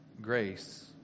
Grace